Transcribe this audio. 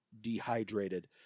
dehydrated